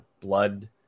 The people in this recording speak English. blood